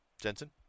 Jensen